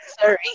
sorry